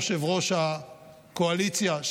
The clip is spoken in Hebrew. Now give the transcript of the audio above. יושב-ראש הקואליציה,